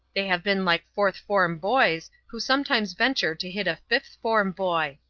they have been like fourth-form boys who sometimes venture to hit a fifth-form boy.